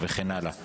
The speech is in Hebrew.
וכן הלאה.